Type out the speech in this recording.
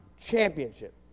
Championship